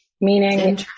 Meaning